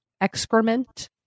excrement